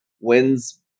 wins